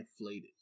inflated